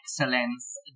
excellence